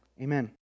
Amen